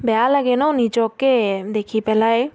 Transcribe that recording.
বেয়া লাগে ন নিজকে দেখি পেলাই